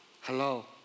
hello